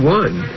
one